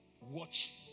watch